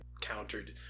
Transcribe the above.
countered